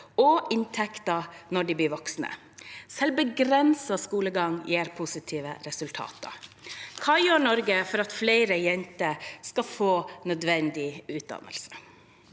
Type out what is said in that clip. og inntekter når de blir voksne. Selv begrenset skolegang gir positive resultater. Hva gjør Norge for at flere jenter skal få nødvendig utdannelse?